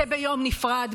זה ביום נפרד,